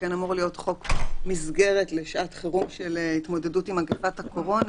שכן אמור להיות חוק מסגרת לשעת חירום של התמודדות עם מגפת הקורונה.